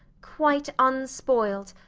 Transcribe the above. quite unspoiled,